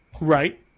Right